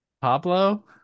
Pablo